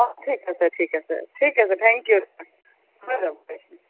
অঁ ঠিক আছে ঠিক আছে থেংক ইউ